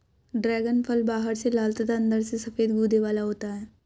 dragon फल बाहर से लाल तथा अंदर से सफेद गूदे वाला होता है